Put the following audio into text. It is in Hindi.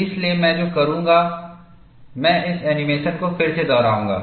इसलिए मैं जो करूंगा मैं इस एनीमेशन को फिर से दोहराऊंगा